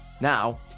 Now